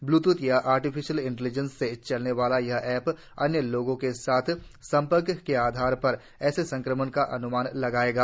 Bluetooth और artificial intelligence से चलने वाला यह ऐप अन्य लोगों के साथ संपर्क के आधार पर ऐसे संक्रमण का अनुमान लगायेगा